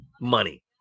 money